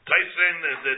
Tyson